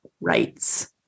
Rights